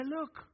look